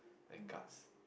then guards